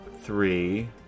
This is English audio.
three